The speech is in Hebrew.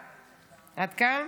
עד כאן,